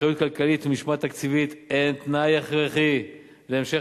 אחריות כלכלית ומשמעת תקציבית הן תנאי הכרחי להמשך